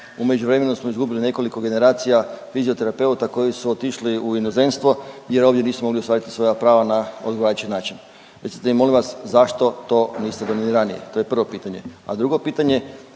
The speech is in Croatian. U međuvremenu smo izgubili nekoliko generacija fizioterapeuta koji su otišli u inozemstvo jer ovdje nisu mogli ostvariti svoja prava na odgovarajući način. Recite mi molim vas zašto to niste donijeli ranije? To je prvo pitanje. A drugo pitanje,